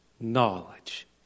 knowledge